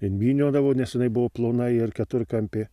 invyniodavo nes jinai buvo plona ir keturkampė